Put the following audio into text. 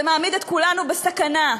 ומעמיד את כולנו בסכנה.